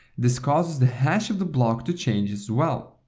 this causes the hash of the block to change as well.